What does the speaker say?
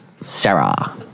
Sarah